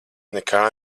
nekā